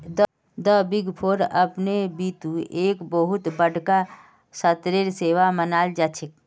द big four अपने बितु एक बहुत बडका स्तरेर सेवा मानाल जा छेक